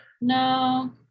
No